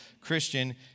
Christian